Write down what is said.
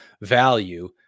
value